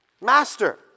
Master